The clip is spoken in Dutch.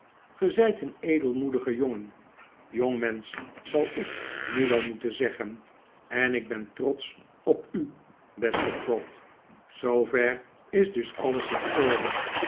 zijt een edelmoedige jongen jongmensch zal ik nu wel moeten zeggen en ik ben trotsch op u beste trot zoover is dus alles in orde